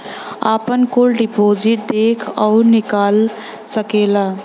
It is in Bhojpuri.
आपन कुल डिपाजिट देख अउर निकाल सकेला